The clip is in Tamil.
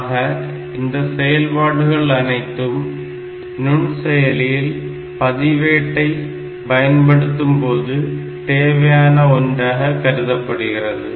ஆக இந்த செயல்பாடுகள் அனைத்தும் நுண் செயலியில் பதிவேட்டை பயன்படுத்தும்போது தேவையான ஒன்றாக கருதப்படுகிறது